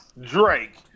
Drake